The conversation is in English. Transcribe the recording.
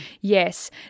Yes